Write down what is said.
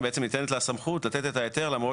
בעצם ניתנת לה הסמכות לתת את ההיתר למרות